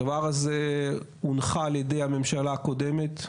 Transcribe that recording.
הדבר הזה הונחל ע"י הממשלה הקודמת,